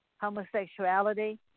homosexuality